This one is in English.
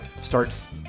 starts